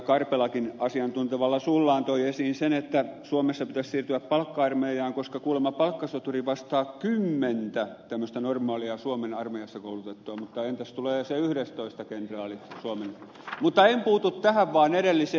karpelakin asiantuntevalla suullaan toi esiin sen että suomessa pitäisi siirtyä palkka armeijaan koska kuulemma palkkasoturi vastaa kymmentä tämmöistä normaalia suomen armeijassa koulutettua mutta entäs kun tulee se yhdestoista kenraali niin en puutu tähän vaan edelliseen